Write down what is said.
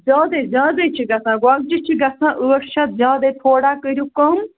زیادَے زیادَے چھِ گژھان گۄگجہِ چھِ گژھان ٲٹھ شتھ زیادَے تھوڑا کٔرِو کَم